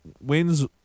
wins